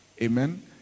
Amen